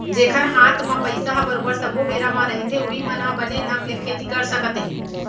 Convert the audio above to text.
जेखर हात म पइसा ह बरोबर सब्बो बेरा म रहिथे उहीं मन ह बने ढंग ले खेती कर सकत हे